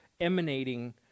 emanating